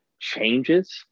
changes